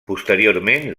posteriorment